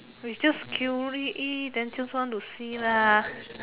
we just curious then just want to see lah